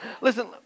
listen